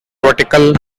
vertical